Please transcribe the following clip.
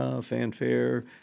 fanfare